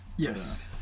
Yes